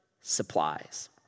supplies